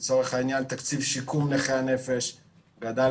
לצורך העניין תקציב שיקום נכי הנפש גדל